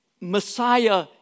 Messiah